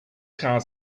cars